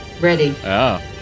ready